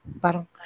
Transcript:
parang